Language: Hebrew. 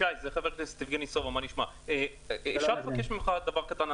ישי, אפשר לבקש ממך דבר קטן?